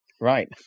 Right